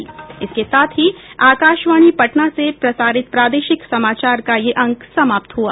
इसके साथ ही आकाशवाणी पटना से प्रसारित प्रादेशिक समाचार का ये अंक समाप्त हुआ